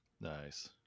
nice